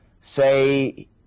say